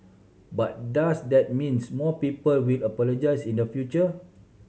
but does that means more people will apologise in the future